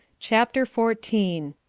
chapter fourteen.